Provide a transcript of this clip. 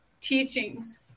teachings